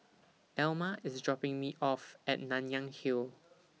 Elma IS dropping Me off At Nanyang Hill